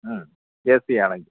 മ് A C ആണെങ്കിൽ